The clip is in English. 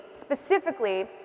specifically